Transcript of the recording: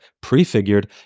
prefigured